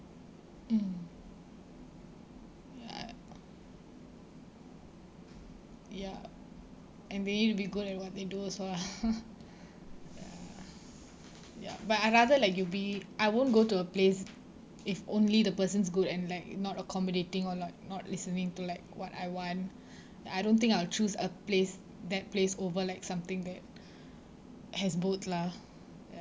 mm ya ya and they need to be good at what they do also lah ya ya but I rather like you be I won't go to a place if only the person's good and like not accommodating or not not listening to like what I want I don't think I will choose a place that place over like something that has both lah